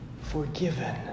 forgiven